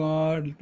God